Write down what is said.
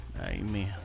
Amen